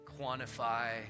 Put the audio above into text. quantify